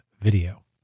video